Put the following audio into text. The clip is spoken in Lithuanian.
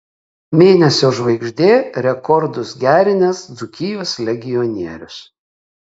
mėnesio žvaigždė rekordus gerinęs dzūkijos legionierius